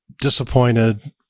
disappointed